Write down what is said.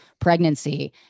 pregnancy